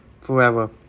forever